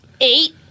Eight